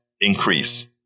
increase